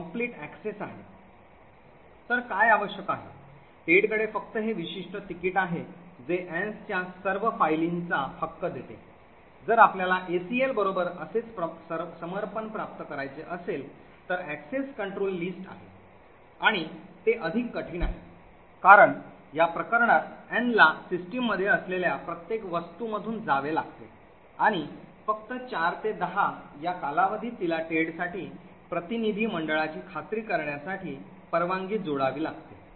तर काय आवश्यक आहे टेडकडे फक्त हे विशिष्ट तिकीट आहे जे Ann's च्या सर्व फायलींचा हक्क देते जर आपल्याला ACL बरोबर असेच समर्पण प्राप्त करायचे असेल तर Access Control List आहे आणि ते अधिक कठीण आहे कारण या प्रकरणात Ann ला सिस्टममध्ये असलेल्या प्रत्येक वस्तूमधून जावे लागते आणि फक्त 4PM ते 10PM या कालावधीत तिला टेडसाठी प्रतिनिधीमंडळाची खात्री करण्यासाठी परवानगी जोडावी लागते